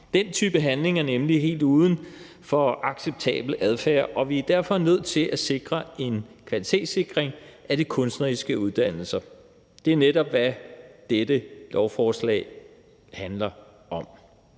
Den type handling er nemlig helt uden for acceptabel adfærd, og vi er derfor nødt til at sikre en kvalitetssikring af de kunstneriske uddannelser. Det er netop det, som dette lovforslag handler om.